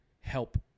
help